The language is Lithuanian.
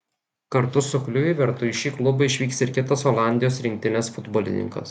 kartu su kliuivertu į šį klubą išvyks ir kitas olandijos rinktinės futbolininkas